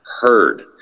heard